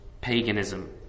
paganism